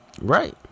Right